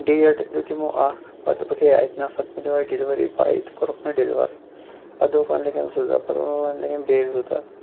date دیُت یِمو اَکھ پَتہٕ دوٚپُکھ ہے اَتہِ نہ سا مِلیو اَسہِ ڈیٚلِؤری بایی تہٕ کوٚرُکھ نہٕ ڈیٚلِوَرٕے پَتہٕ دوٚپُکھ وۄنۍ لَگن زٕ دۄہ پَتہٕ ووٚنُکھ وۄنۍ لَگن بیٚیہِ زٕ دۄہ